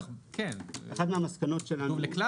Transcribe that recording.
כתוב: לכלל